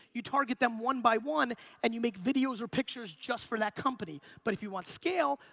you target them one by one and you make videos or pictures just for that company. but if you want scale,